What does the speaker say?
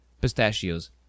pistachios